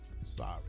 Sorry